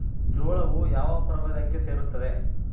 ಜೋಳವು ಯಾವ ಪ್ರಭೇದಕ್ಕೆ ಸೇರುತ್ತದೆ?